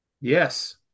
Yes